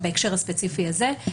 בהקשר הספציפי הזה.